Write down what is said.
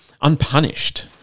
unpunished